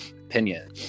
opinion